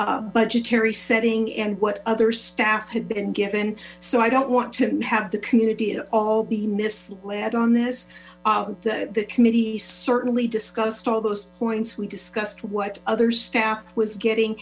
budgetary setting and what other staff had been given so i don't want to have the community at all be misled on this but the committee certainly discussed all thse points we discussed what other staff was getting